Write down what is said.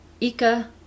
Ika